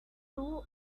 two